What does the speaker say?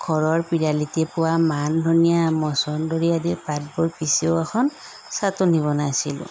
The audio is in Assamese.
ঘৰৰ পিৰালিতে পোৱা মান ধনীয়া মচণ্ডৰী আদিৰ পাতবোৰ পিছিও এখন ছাটনি বনাইছিলোঁ